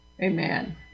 Amen